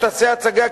שתעשה הצגה,